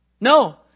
No